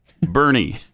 Bernie